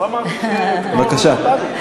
לא אמרתי, בבקשה.